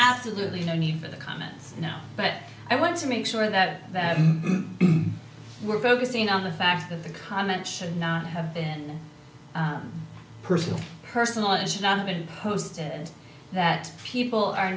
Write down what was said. absolutely no need for the comments now but i want to make sure that we're focusing on the fact that the comment should not have been personal personal and should not have been posted that people are